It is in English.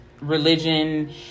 religion